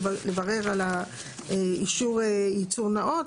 לברר על האישור ייצור נאות,